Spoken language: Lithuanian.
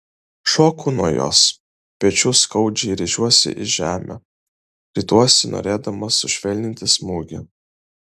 šoku nuo jos pečiu skaudžiai rėžiuosi į žemę rituosi norėdamas sušvelninti smūgį